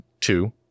two